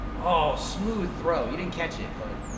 ah smooth throw! you didn't catch it, but.